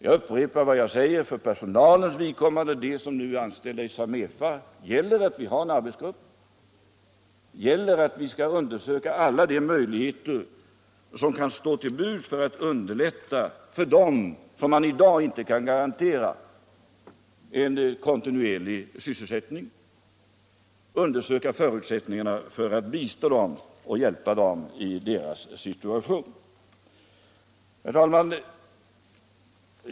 Jag upprepar att för den personal som är anställd i Samefa gäller att vi har tillsatt en arbetsgrupp och att vi skall undersöka alla de möjligheter som kan stå till buds för att bistå dem som i dag inte kan garanteras en kontinuerlig sysselsättning. Herr talman!